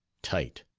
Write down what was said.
tight.